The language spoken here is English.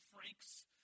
Franks